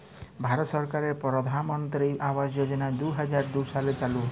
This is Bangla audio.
ভারত সরকারের পরধালমলত্রি আবাস যজলা দু হাজার দু সালে চালু